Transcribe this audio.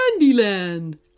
Candyland